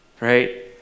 Right